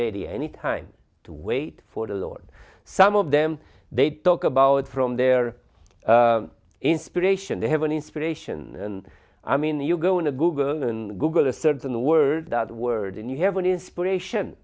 ready any time to wait for the lord some of them they talk about from their inspiration they have an inspiration and i mean you go into google and google a certain word that word and you have an inspiration